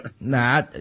Nah